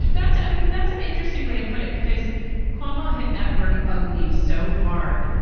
that's i mean, that's an interesting way to put it, because cuomo hit that word ugly so hard.